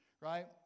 Right